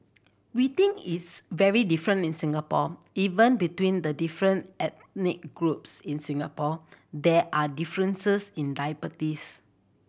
we think it's very different in Singapore even between the different ethnic groups in Singapore there are differences in diabetes